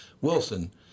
Wilson